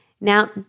Now